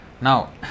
Now